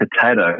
potato